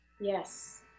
yes